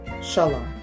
Shalom